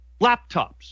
laptops